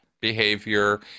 behavior